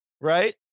right